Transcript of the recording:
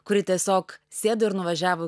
kuri tiesiog sėdo ir nuvažiavo